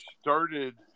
started